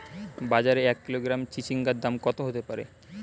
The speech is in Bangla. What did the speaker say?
বাজারে এক কিলোগ্রাম চিচিঙ্গার দাম কত হতে পারে?